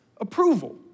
approval